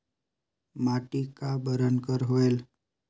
माटी का बरन कर होयल?